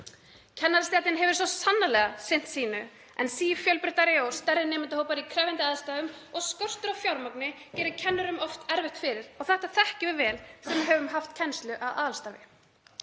Kennarastéttin hefur svo sannarlega sinnt sínu en sífjölbreyttari og stærri nemendahópar í krefjandi aðstæðum og skortur á fjármagni gerir kennurum oft erfitt fyrir. Þetta þekkjum við vel sem höfum haft kennslu að aðalstarfi.